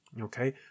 Okay